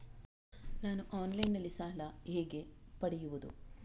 ನಾನು ಆನ್ಲೈನ್ನಲ್ಲಿ ಸಾಲ ಹೇಗೆ ಪಡೆಯುವುದು?